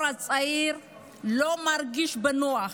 ארבעה עשורים הדור הצעיר לא מרגיש בנוח.